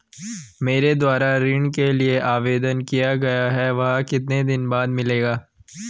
मेरे द्वारा ऋण के लिए आवेदन किया गया है वह कितने दिन बाद मिलेगा?